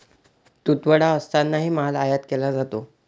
तुटवडा असतानाही माल आयात केला जातो